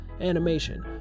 animation